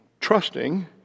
trusting